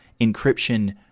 encryption